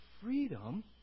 freedom